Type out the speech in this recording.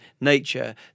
nature